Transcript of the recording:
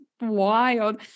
wild